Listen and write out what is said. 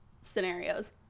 scenarios